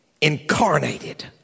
Incarnated